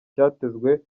cyatezwe